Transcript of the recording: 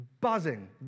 buzzing